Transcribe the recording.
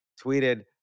tweeted